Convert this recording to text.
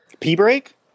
P-break